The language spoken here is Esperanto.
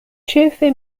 ĉefe